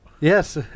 Yes